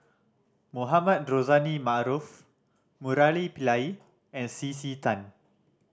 Mohamed Rozani Maarof Murali Pillai and C C Tan